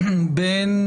בין